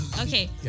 Okay